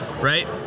right